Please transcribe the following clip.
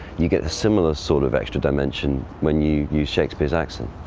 you get a similar sort of extra dimension when you use shakespeare's accent.